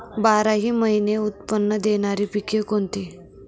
बाराही महिने उत्त्पन्न देणारी पिके कोणती?